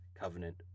covenant